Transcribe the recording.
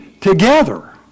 together